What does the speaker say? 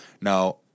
Now